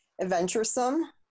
adventuresome